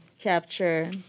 capture